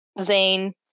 Zane